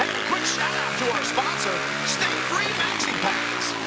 a quick shout-out to our sponsor stay free maxi pads.